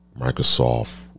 Microsoft